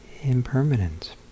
Impermanent